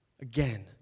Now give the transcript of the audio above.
Again